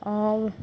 অ'